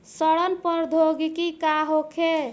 सड़न प्रधौगकी का होखे?